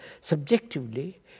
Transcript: subjectively